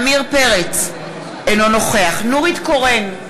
אינו נוכח נורית קורן,